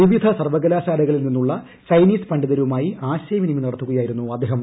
വിവിധ സർവകലാശാലകളിൽ നിന്നുള്ള ചൈനീസ് പണ്ഡിതരുമായി ആശയവിനിമയം നടത്തുകയായിരുന്നു അദ്ദേഹം